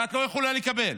ואת לא יכולה לקבל.